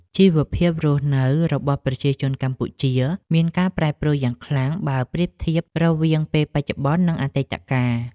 ជីវភាពរស់នៅរបស់ប្រជាជនកម្ពុជាមានការប្រែប្រួលយ៉ាងខ្លាំងបើប្រៀបធៀបរវាងពេលបច្ចុប្បន្ន និងអតីតកាល។